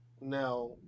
Now